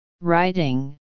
Writing